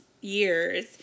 years